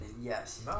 Yes